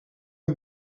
een